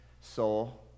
soul